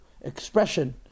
expression